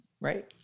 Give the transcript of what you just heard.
right